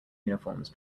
uniforms